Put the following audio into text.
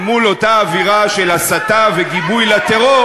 אל מול אותה אווירה של הסתה וגיבוי לטרור